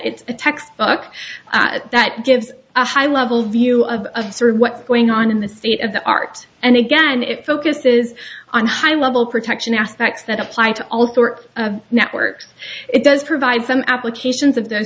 it's a textbook that gives a high level view of what's going on in the state of the art and again if focuses on high level protection aspects that apply to all sort of networks it does provide some applications of th